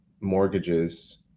mortgages